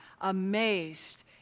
amazed